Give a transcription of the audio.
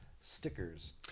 stickers